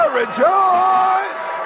rejoice